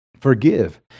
forgive